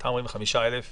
וגם איך זה מפוקח?